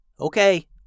Okay